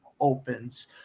opens